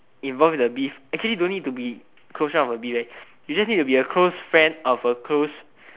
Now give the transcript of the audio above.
involved in the beef actually don't need to be close friend of the beef leh you just need to be a close friend of a close